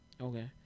Okay